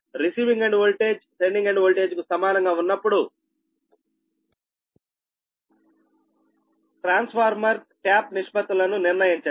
receiving end voltage sending end వోల్టేజ్కు సమానంగా ఉన్నప్పుడు ట్రాన్స్ఫార్మర్ ట్యాప్ నిష్పత్తులను నిర్ణయించండి